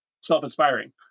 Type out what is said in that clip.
self-inspiring